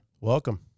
Welcome